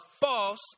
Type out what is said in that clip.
false